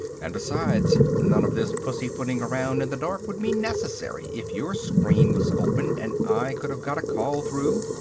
and besides none of this pussyfooting around in the dark would be necessary if your screen was open and i could have got a call through.